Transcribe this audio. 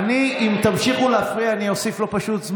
אני כבר אולי החבר הוותיק ביותר בבית הזה בוועדת החוקה ברצף,